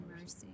mercy